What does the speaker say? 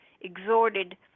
exhorted